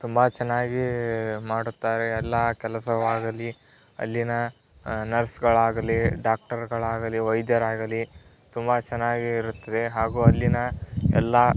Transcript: ತುಂಬ ಚೆನ್ನಾಗಿ ಮಾಡುತ್ತಾರೆ ಎಲ್ಲ ಕೆಲಸವಾಗಲಿ ಅಲ್ಲಿನ ನರ್ಸ್ಗಳಾಗಲಿ ಡಾಕ್ಟರ್ಗಳಾಗಲಿ ವೈದ್ಯರಾಗಲಿ ತುಂಬ ಚೆನ್ನಾಗಿ ಇರುತ್ತದೆ ಹಾಗೂ ಅಲ್ಲಿನ ಎಲ್ಲ